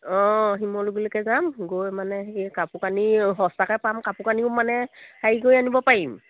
অঁ শিমলুগুৰিলৈকে যাম গৈ মানে সেই কাপোৰ কানি সস্তাকৈ পাম কাপোৰ কানিও মানে হেৰি কৰি আনিব পাৰিম